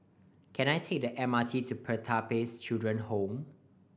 can I take the M R T to Pertapis Children Home